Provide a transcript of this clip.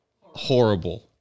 horrible